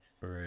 right